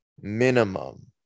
minimum